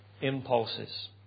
impulses